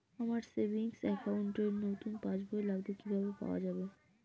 আমার savings account র নতুন পাসবই লাগবে কিভাবে পাওয়া যাবে?